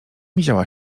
miziała